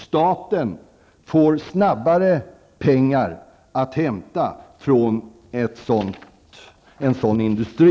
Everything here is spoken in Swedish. Staten får snabbare pengar att hämta från en sådan industri.